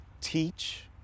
teach